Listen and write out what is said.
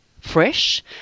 fresh